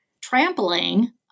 trampling